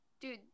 Dude